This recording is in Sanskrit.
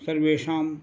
सर्वेषां